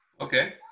okay